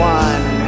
one